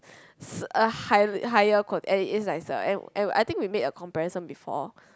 s~ a high higher quality and it's nicer and and I think we made a comparison before